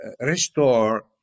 restore